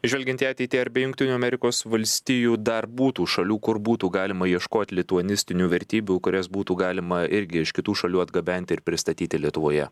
žvelgiant į ateitį ar be jungtinių amerikos valstijų dar būtų šalių kur būtų galima ieškot lituanistinių vertybių kurias būtų galima irgi iš kitų šalių atgabenti ir pristatyti lietuvoje